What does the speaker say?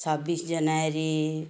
छब्बिस जनवरी